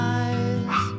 eyes